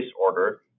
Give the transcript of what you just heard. order